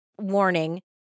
warning